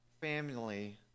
family